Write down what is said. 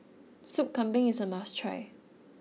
Soup Kambing is a must try